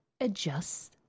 adjusts